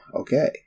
okay